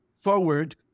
forward